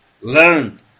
learn